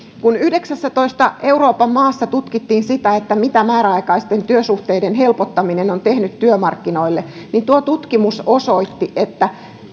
kun yhdeksässätoista euroopan maassa tutkittiin sitä mitä määräaikaisten työsuhteiden helpottaminen on tehnyt työmarkkinoille niin tuo tutkimus osoitti että